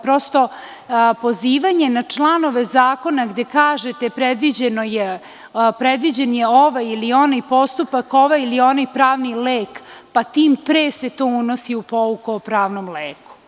Prosto, pozivanje na članove zakona gde kažete da je predviđen ovaj ili onaj postupak, ovaj ili onaj lek, pa tim pre se to unosi u pouku o pravnom leku.